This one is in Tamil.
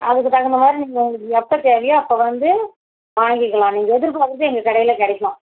அதுக்கு தகுந்தமாதிரி நீங்கள் உங்களுக்கு எப்போ தேவையோ அப்போ வந்து வாங்கிக்கலாம் நீங்கள் எதிர்பார்க்குறது எங்கள் கடையில் கிடைக்கும்